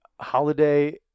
Holiday